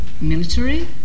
military